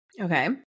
Okay